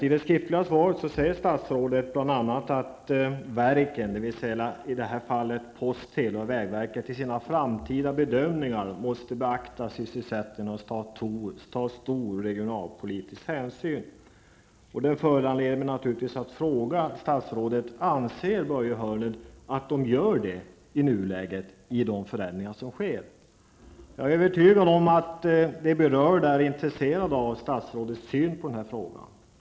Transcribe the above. I det skriftliga svaret framhåller statsrådet bl.a. att verken, i det här fallet posten, televerket och vägverket, i sina framtida bedömningar måste beakta sysselsättningen och ta stor regionalpolitisk hänsyn. Det föranleder mig naturligtvis att fråga statsrådet: Anser Börje Hörnlund att de i nuläget gör det med tanke på de förändringar som sker? Jag är övertygad om att de berörda är intresserade av statsrådets syn på denna fråga.